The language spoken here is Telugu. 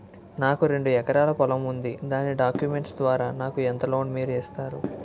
నాకు రెండు ఎకరాల పొలం ఉంది దాని డాక్యుమెంట్స్ ద్వారా నాకు ఎంత లోన్ మీరు ఇస్తారు?